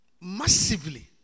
massively